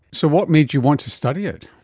so what made you want to study it?